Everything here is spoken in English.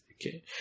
Okay